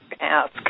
ask